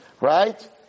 Right